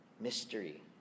Mystery